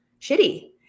shitty